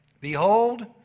Behold